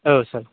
औ सार